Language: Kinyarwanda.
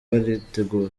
baritegura